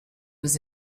was